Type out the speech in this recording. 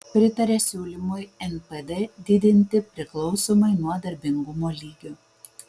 pritaria siūlymui npd didinti priklausomai nuo darbingumo lygio